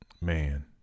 man